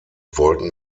wollten